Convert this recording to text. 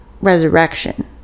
resurrection